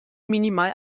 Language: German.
minimal